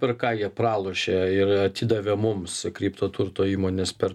per ką jie pralošė ir atidavė mums kripto turto įmones per